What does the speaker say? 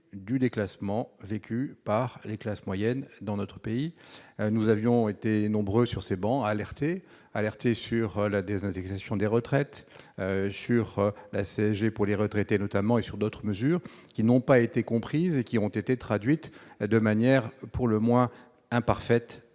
du déclassement vécues par les classes moyennes dans notre pays. Nous avions été nombreux dans cet hémicycle à alerter sur la désindexation des retraites, sur la CSG pour les retraités et sur d'autres mesures qui n'ont pas été comprises et qui, traduites d'une manière pour le moins imparfaite,